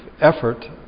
effort